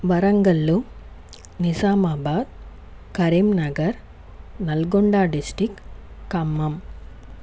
Warangal Nizamabad Karimnagar Nalgonda district Khammam